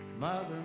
Mother